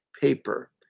paper